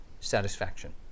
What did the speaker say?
satisfaction